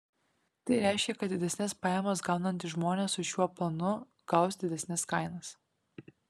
tai reiškia kad didesnes pajamas gaunantys žmonės su šiuo planu gaus didesnes kainas